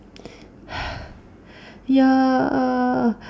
yeah